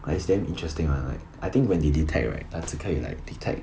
like it's damn interesting lah like I think when they detect right 它只可以 like detect